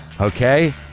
Okay